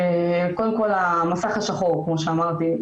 קודם כל המסך השחור כמו שאמרתי,